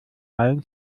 reihen